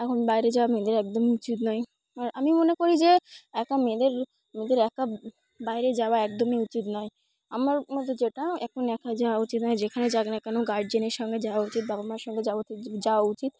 এখন বাইরে যাওয়া মেয়েদের একদমই উচিত নয় আর আমি মনে করি যে একা মেয়েদের মেয়েদের একা বাইরে যাওয়া একদমই উচিত নয় আমার মত যেটা এখন একা যাওয়া উচিত নয় যেখানে যাক না কেন গার্জেনের সঙ্গে যাওয়া উচিত বাবা মার সঙ্গে যাওয়া উচিত যাওয়া উচিত